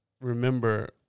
remember